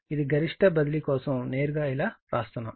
ఇది గరిష్ట బదిలీ కోసం నేరుగా ఇలా వ్రాస్తున్నాము